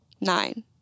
Nine